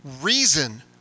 reason